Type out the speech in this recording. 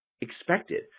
expected